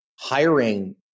hiring